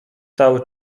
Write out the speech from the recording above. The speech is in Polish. cały